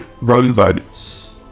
rowboats